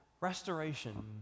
restoration